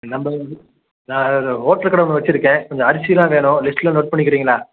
நம்ப வந்து நான் ஹோட்டல் கடை ஒன்று வச்சுருக்கேன் கொஞ்சம் அரிசி எல்லாம் வேணும் லிஸ்ட்டில் நோட் பண்ணிக்கிறீங்களா